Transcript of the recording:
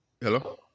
Hello